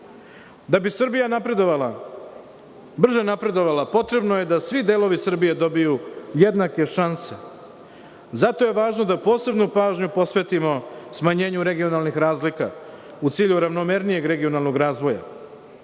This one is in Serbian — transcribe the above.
Da bi Srbija brže napredovala, potrebno je da svi delovi Srbije dobiju jednake šanse, zato je važno da posebnu pažnju posvetimo smanjenju regionalnih razlika, u cilju ravnomernijeg regionalnog